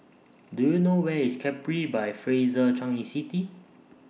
Do YOU know Where IS Capri By Fraser Changi City